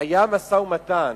היה משא-ומתן.